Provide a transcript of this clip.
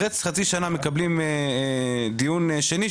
אחרי חצי שנה מקבלים דיון שני,